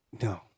no